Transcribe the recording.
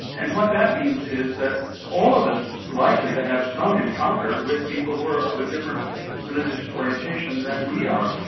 and what that means is that all of us are likely to have some encounter with people who are of a different religious orientation than we are.